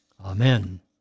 Amen